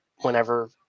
whenever